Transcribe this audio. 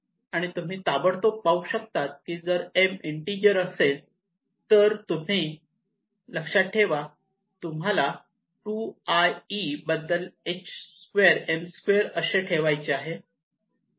आणि तुम्ही ताबडतोब पाहू शकता की जर m इन्टिजर असेल तर तुम्ही लक्षात ठेवा ती तुम्हाला 2IE बद्दल h'2m2 असे ठेवायचे आहे